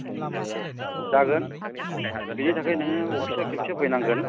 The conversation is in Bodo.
अके जागोन बेनि थाखाय नोङो अफिसाव खेबसे फैनांगोन